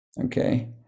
Okay